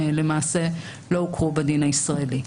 למעשה לא הוכרו בדין הישראלי.